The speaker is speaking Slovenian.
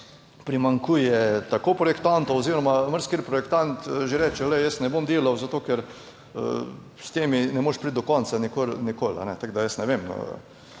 primanjkuje tako projektantov oziroma marsikateri projektant že reče, glej, jaz ne bom delal, zato ker s temi ne moreš priti do konca nikoli. Tako da jaz ne vem,